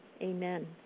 Amen